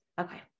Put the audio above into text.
Okay